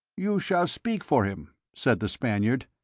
you shall speak for him, said the spaniard.